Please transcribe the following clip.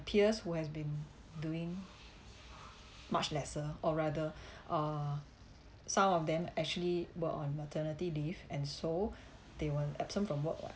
peers who has been doing much lesser or rather uh some of them actually were on maternity leave and so they were absent from work [what]